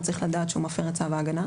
הוא צריך לדעת שהוא מפר את צו ההגנה.